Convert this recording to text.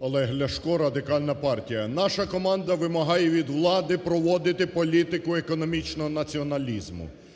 11:00:40 ЛЯШКО О.В. Олег Ляшко, Радикальна партія. Наша команда вимагає від влади проводити політику економічного націоналізму.